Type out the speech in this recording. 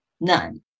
none